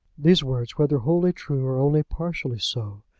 these words, whether wholly true or only partially so,